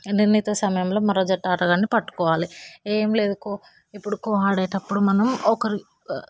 నిర్ణీత సమయంలో మరో జట్టు ఆటగాణ్ణి పట్టుకోవాలి ఏం లేదు కో ఇప్పుడు కో ఆడేటప్పుడు మనం ఒకరి